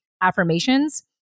affirmations